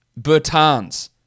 Bertans